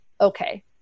okay